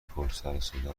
پرسروصدا